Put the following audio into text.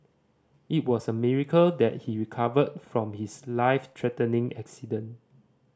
it was a miracle that he recovered from his life threatening accident